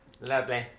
Lovely